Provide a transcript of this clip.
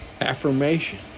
affirmation